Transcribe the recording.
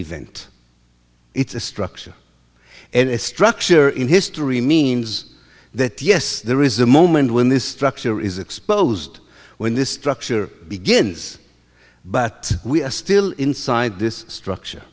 event it's a structure and a structure in history means that yes there is a moment when this structure is exposed when this structure begins but we are still inside this structure